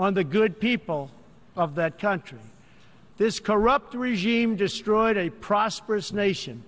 on the good people of that country this corrupt regime destroyed a prosperous nation